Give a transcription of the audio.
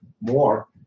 More